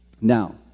Now